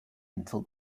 until